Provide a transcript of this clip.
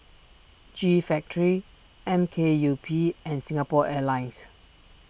G Factory M K U P and Singapore Airlines